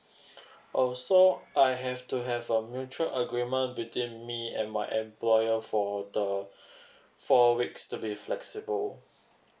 oh so I have to have a mutual agreement between me and my employer for the four weeks to be flexible